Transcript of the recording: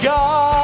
God